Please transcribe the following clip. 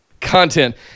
content